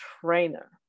trainer